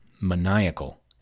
maniacal